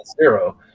zero